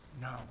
no